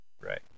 Right